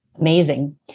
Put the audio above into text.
Amazing